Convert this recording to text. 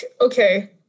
okay